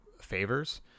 favors